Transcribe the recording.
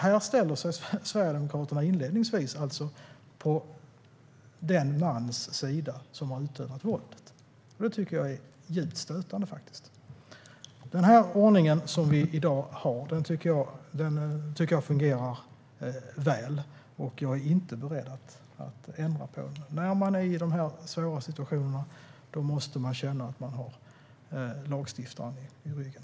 Här ställer sig Sverigedemokraterna inledningsvis alltså på mannens sida, den man som har utövat våldet, och det tycker jag är djupt stötande. Den ordning som vi har i dag tycker jag fungerar väl, och jag är inte beredd att ändra på den. När man är i dessa svåra situationer måste man känna att man har lagstiftaren i ryggen.